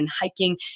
hiking